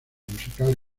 musical